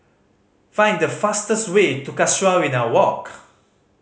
find the fastest way to Casuarina Walk